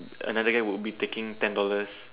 another guy would be taking ten dollars